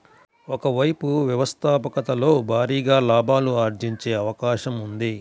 ఒక వైపు వ్యవస్థాపకతలో భారీగా లాభాలు ఆర్జించే అవకాశం ఉంది